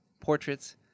portraits